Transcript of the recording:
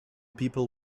people